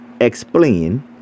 explain